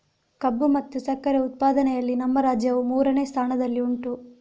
ಕಬ್ಬು ಮತ್ತೆ ಸಕ್ಕರೆ ಉತ್ಪಾದನೆಯಲ್ಲಿ ನಮ್ಮ ರಾಜ್ಯವು ಮೂರನೇ ಸ್ಥಾನದಲ್ಲಿ ಉಂಟು